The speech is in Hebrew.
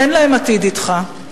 אין להם עתיד אתך.